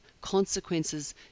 consequences